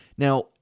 Now